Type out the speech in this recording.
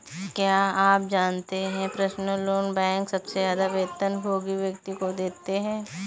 क्या आप जानते है पर्सनल लोन बैंक सबसे ज्यादा वेतनभोगी व्यक्ति को देते हैं?